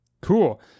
cool